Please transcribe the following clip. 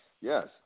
yes